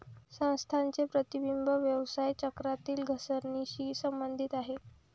संस्थांचे प्रतिबिंब व्यवसाय चक्रातील घसरणीशी संबंधित आहे